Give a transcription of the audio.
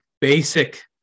basic